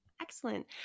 Excellent